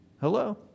Hello